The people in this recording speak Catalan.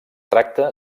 tracta